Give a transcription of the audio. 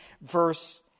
verse